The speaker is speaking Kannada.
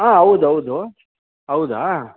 ಹಾಂ ಹೌದೌದು ಹೌದಾ